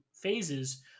phases